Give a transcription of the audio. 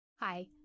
Hi